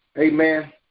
Amen